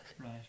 Right